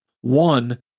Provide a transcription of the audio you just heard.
One